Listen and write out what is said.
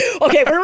Okay